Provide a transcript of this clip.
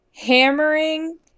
Hammering